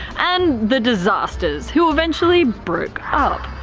and the disasters, who eventually broke up.